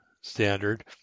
standard